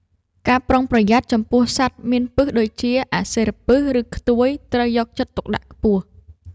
ការប្រុងប្រយ័ត្នចំពោះសត្វមានពិសដូចជា អាសិរពិស ឬខ្ទួយ ត្រូវយកចិត្តទុកដាក់ខ្ពស់។